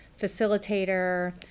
facilitator